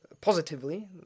positively